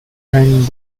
and